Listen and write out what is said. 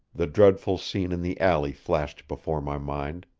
the dreadful scene in the alley flashed before my mind.